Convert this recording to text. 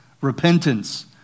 repentance